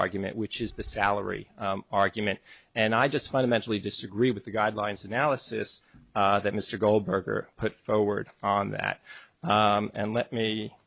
argument which is the salary argument and i just fundamentally disagree with the guidelines analysis that mr goldberger put forward on that and let me